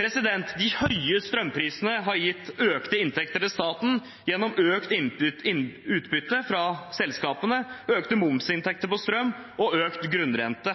De høye strømprisene har gitt økte inntekter til staten gjennom økt utbytte fra selskapene, økte momsinntekter på strøm og økt grunnrente.